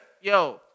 Yo